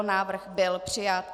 Návrh byl přijat.